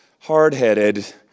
hard-headed